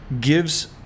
gives